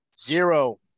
zero